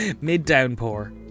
Mid-downpour